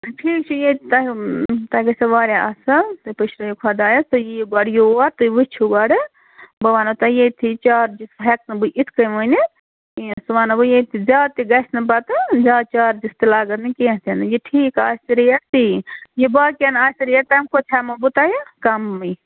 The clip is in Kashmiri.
ٹھیٖک چھُ ییٚتہِ تۄہہِ تۄہہِ گژھوٕ واریاہ اَصٕل تُہۍ پُشرٲوِو خۄدایَس تُہۍ یِیِو گۄڈٕ یور تُہۍ وُچھِو گۄڈٕ بہٕ وَنہو تۄہہِ ییٚتھٕے چارجِز ہٮ۪کہٕ نہٕ بہٕ یِتھٕ کٔنۍ ؤنِتھ کیٚنٛہہ سُہ وَنہو بہٕ ییٚتہِ زیادٕ تہِ گژھِ نہٕ پتہٕ زیادٕ چارجِس تہِ لَگَان نہٕ کیٚنٛہہِ تہِ نہٕ یہِ ٹھیٖک آسہِ ریٹ تۍ یہِ باقیَن آسہِ ریٹ تَمہِ کھۄتہٕ ہٮ۪مہو بہٕ تۄہہِ کَمٕے